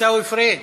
עיסאווי פריג'